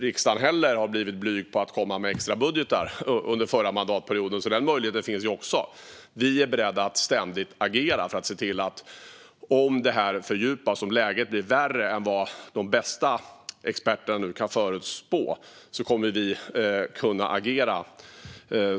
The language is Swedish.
Riksdagen var ju inte heller blyg med extrabudgetar under förra mandatperioden, så den möjligheten finns också. Vi är ständigt beredda att agera, och om läget blir värre än vad experterna förutspår kommer vi att agera.